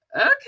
okay